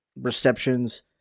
receptions